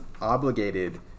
obligated